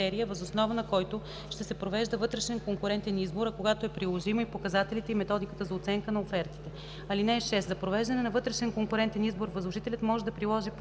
въз основа на който ще се провежда вътрешен конкурентен избор, а когато е приложимо – и показателите, и методиката за оценка на офертите. (6) За провеждане на вътрешен конкурентен избор възложителят може да приложи показателите